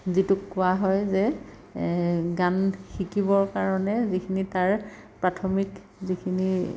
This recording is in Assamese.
যিটোক কোৱা হয় যে গান শিকিবৰ কাৰণে যিখিনি তাৰ প্ৰাথমিক যিখিনি